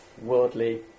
worldly